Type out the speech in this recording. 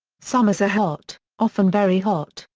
summers are hot, often very hot,